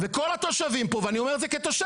וכל התושבים פה, ואני אומר את זה כתושב.